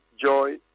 joy